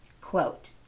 Quote